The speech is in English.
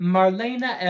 Marlena